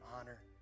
honor